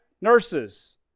Nurses